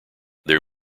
their